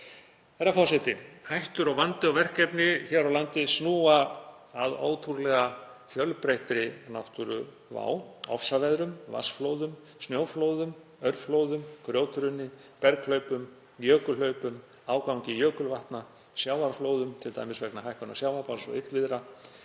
Herra forseti. Hættur og vandi og verkefni hér á landi snúa að ótrúlega fjölbreyttri náttúruvá; ofsaveðrum, vatnsflóðum, snjóflóðum, aurflóðum, grjóthruni, berghlaupum, jökulhlaupum, ágangi jökulvatna, sjávarflóðum, t.d. vegna hækkunar sjávarborðs og illviðra